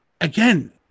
Again